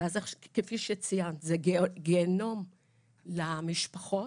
ואז כפי שציינת, זה גיהנום למשפחות,